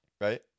right